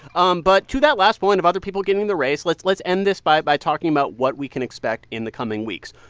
um but, to that last point of other people getting in the race, let's let's end this by by talking about what we can expect in the coming weeks.